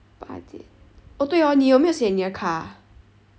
八点 oh 对 orh 你有没有写你的卡